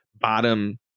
bottom